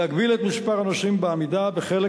להגביל את מספר הנוסעים בעמידה בחלק